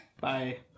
Bye